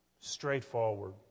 straightforward